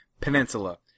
Peninsula